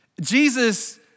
Jesus